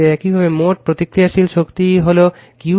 একইভাবে মোট প্রতিক্রিয়াশীল শক্তি হল Q √ 3 VL I L sin θ